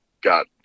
got